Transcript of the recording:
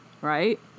Right